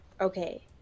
okay